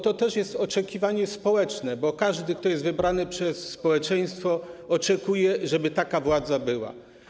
To też jest oczekiwanie społeczne, bo każdy, kto jest wybrany przez społeczeństwo, oczekuje, żeby taka była władza.